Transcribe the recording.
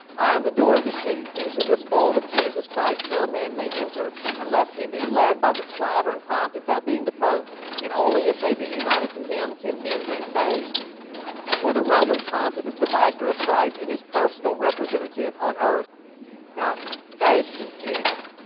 i am the door of the sheep into this fold of jesus christ no man may enter unless he be led by the sovereign pontiff that being the pope and only if they be united to him can men be saved for the roman pontiff is the vigor of christ and his personal representative on earth now that is confusion